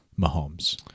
Mahomes